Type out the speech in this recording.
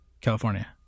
California